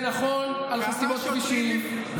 עלייה ב-20% במחירי דירות,